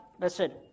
listen